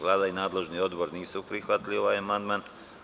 Vlada i nadležni odbor nisu prihvatili ovaj amandman.